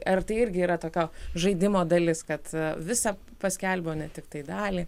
ar tai irgi yra tokio žaidimo dalis kad visą paskelbė o ne tiktai dalį